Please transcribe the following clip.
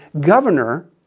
governor